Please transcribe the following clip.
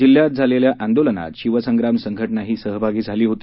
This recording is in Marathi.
जिल्ह्यात झालेल्या आंदोलनात शिवसंग्राम संघटनाही सहभागी झाली होती